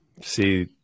See